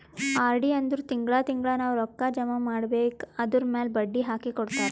RD ಅಂದುರ್ ತಿಂಗಳಾ ತಿಂಗಳಾ ನಾವ್ ರೊಕ್ಕಾ ಜಮಾ ಮಾಡ್ಬೇಕ್ ಅದುರ್ಮ್ಯಾಲ್ ಬಡ್ಡಿ ಹಾಕಿ ಕೊಡ್ತಾರ್